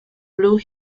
blue